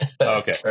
Okay